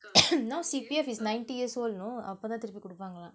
now C_P_F is ninety years old you know அப்பதா திருப்பி குடுப்பாங்க:appathaa thiruppi kuduppaanga